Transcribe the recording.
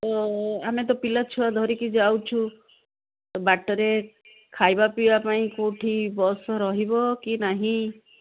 ତ ଆମେ ତ ପିଲା ଛୁଆ ଧରିକି ଯାଉଛୁ ବାଟରେ ଖାଇବା ପିଇବା ପାଇଁ କେଉଁଠି ବସ୍ ରହିବ କି ନାହିଁ